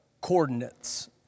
coordinates